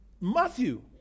Matthew